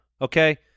Okay